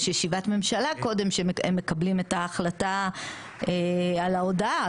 יש ישיבת ממשלה קודם שמהם מקבלים את ההחלטה על ההודעה,